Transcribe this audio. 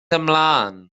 ymlaen